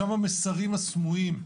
שם המסרים הסמויים,